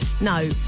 No